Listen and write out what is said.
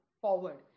forward